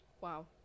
Wow